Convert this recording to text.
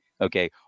Okay